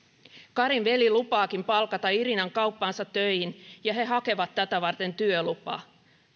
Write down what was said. karin veli lupaakin palkata irinan kauppaansa töihin ja he hakevat tätä varten työlupaa